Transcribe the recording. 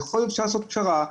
אולי תהיה פשרה,